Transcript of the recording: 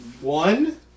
one